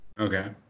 Okay